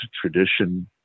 tradition